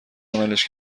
عملش